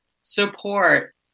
Support